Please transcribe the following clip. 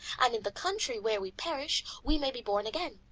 and in the country where we perish we may be born again.